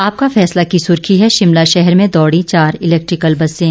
आपका फैसला की सुर्खी है शिमला शहर में दौड़ी चार इलेक्ट्रिक बसें